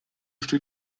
steht